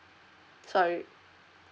sorry